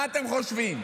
מה אתם חושבים,